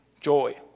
joy